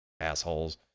Assholes